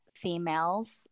females